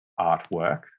artwork